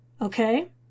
Okay